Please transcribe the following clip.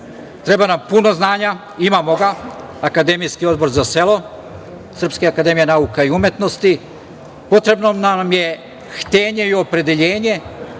Treba nam puno znanja. Imamo ga – Akademijski odbor za selo Srpske akademije nauka i umetnosti. Potrebno nam je htenje i opredeljenje